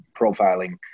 profiling